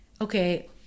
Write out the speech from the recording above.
okay